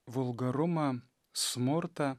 vulgarumą smurtą